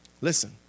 Listen